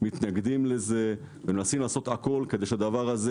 מתנגדים לזה ומנסים לעשות הכול כדי שהדבר הזה